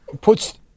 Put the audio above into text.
puts